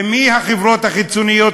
ומי החברות החיצוניות,